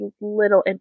little